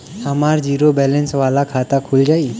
हमार zero balance वाला खाता खुल जाई?